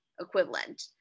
equivalent